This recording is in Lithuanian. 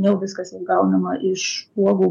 jau viskas išgaunama iš uogų